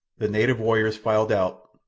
the native warriors filed out,